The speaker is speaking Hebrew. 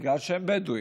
בגלל שהם בדואים,